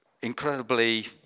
incredibly